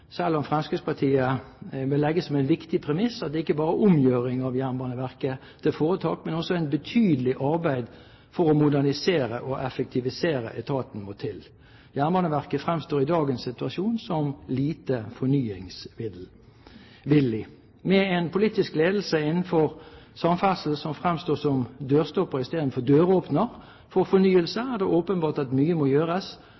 selv om Fremskrittspartiet vil legge som en viktig premiss at ikke bare en omgjøring av Jernbaneverket til foretak, men også et betydelig arbeid for å modernisere og effektivisere etaten må til. Jernbaneverket fremstår i dagens situasjon som lite fornyingsvillig. Med en politisk ledelse innenfor samferdsel som fremstår som dørstopper istedenfor døråpner for